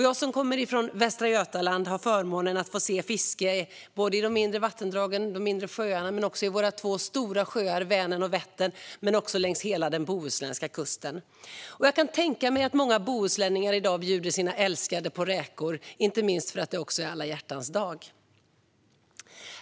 Jag som kommer från Västra Götaland har förmånen att få se fiske i de inre vattendragen och sjöarna men också i våra två stora sjöar Vänern och Vättern och längs hela den bohuslänska kusten. Och jag kan tänka mig att många bohuslänningar i dag bjuder sina älskade på räkor, inte minst för att det är alla hjärtans dag.